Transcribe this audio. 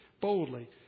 boldly